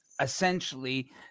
essentially